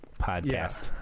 podcast